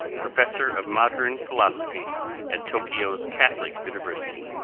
professor of modern philosphy at tokyo's catholic university